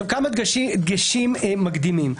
כמה דגשים מקדימים.